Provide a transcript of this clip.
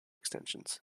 extensions